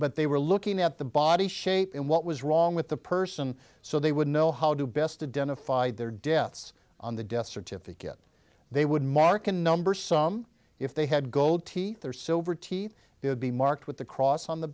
but they were looking at the body shape and what was wrong with the person so they would know how to best a den of fi their deaths on the death certificate they would mark a number some if they had gold teeth or silver teeth they would be marked with a cross on the